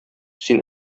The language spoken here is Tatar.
син